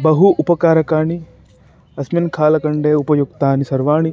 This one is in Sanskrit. बहु उपकारकाणि अस्मिन् कालखण्डे उपयुक्तानि सर्वाणि